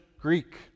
Greek